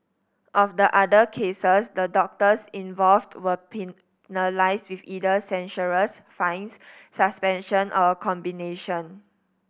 of the other cases the doctors involved were penalised with either censures fines suspension or a combination